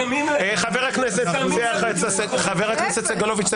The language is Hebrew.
--- חבר הכנסת סגלוביץ', צא